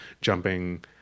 jumping